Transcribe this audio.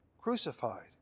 crucified